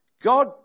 God